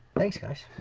thanks guys.